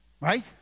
Right